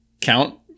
count